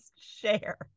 share